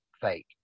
fake